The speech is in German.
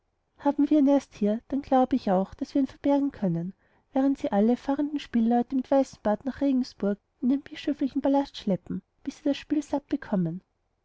haben wir ihn erst hier dann glaube ich auch daß wir ihn verbergen können während sie alle fahrenden spielleute mit weißem bart nach regensburg in den bischöflichen palast schleppen bis sie das spiel satt bekommen